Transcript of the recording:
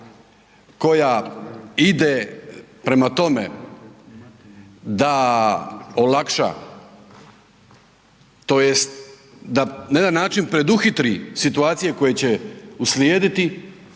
koja ide prema tome da olakša, tj. da na jedan način preduhitri situacije koje će uslijediti